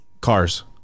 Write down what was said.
cars